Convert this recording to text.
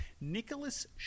Nicholas